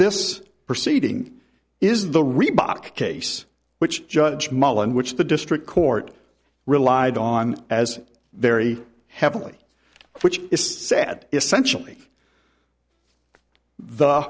this proceeding is the reebok case which judge mullen which the district court relied on as very heavily which is sad essentially the